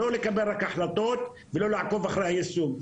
ולא רק לקבל החלטות, ולא לעקוב אחרי היישום שלהן.